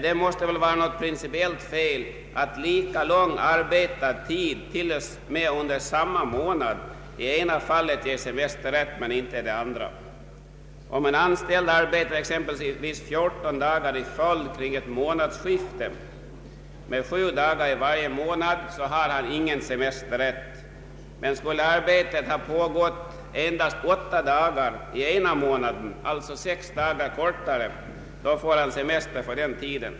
Det måste väl vara principiellt fel att lika lång arbetstid till och med inom samma månad i ena fallet ger semesterrätt men inte i det andra. Om en anställd arbetar exempelvis 14 dagar i följd kring ett månadsskifte med sju dagar i varje månad har han ingen semesterrätt. Men skulle arbetet ha pågått endast åtta dagar i ena månaden, alltså sex dagar kortare tid, så får han semester för den tiden.